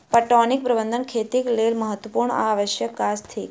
पटौनीक प्रबंध खेतीक लेल महत्त्वपूर्ण आ आवश्यक काज थिक